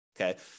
Okay